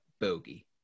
bogey